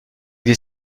avec